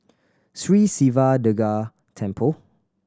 Sri Siva Durga Temple